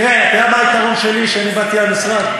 תראה, אתה יודע מה היתרון שלי, שאני באתי למשרד?